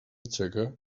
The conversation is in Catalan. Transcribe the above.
txeca